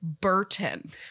Burton